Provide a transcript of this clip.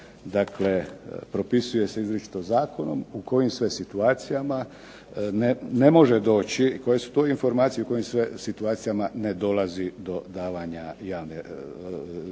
Dakle, propisuje se izričito zakonom u kojim sve situacijama ne može doći i koje su to informacije u kojim sve situacijama ne dolazi do davanja informacija.